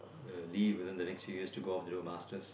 uh leave within the next few years to go off do masters